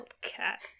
cat